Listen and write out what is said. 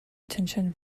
attention